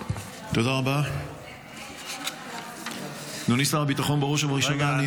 אדוני שר הביטחון, בראש ובראשונה --- רגע.